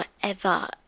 forever